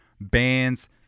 bands